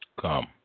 Come